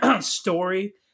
story